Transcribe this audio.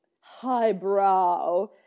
highbrow